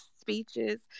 speeches